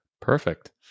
Perfect